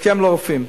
הסכם לרופאים,